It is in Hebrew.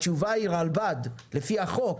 התשובה היא הרלב"ד, לפי החוק.